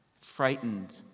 frightened